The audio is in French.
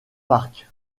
park